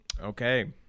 Okay